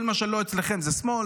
כל מה שלא אצלכם זה שמאל,